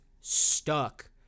stuck